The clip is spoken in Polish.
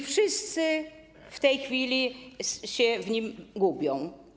Wszyscy w tej chwili się w nim gubią.